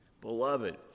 Beloved